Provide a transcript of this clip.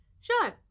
Sure